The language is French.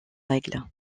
règles